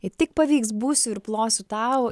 jei tik pavyks būsiu ir plosiu tau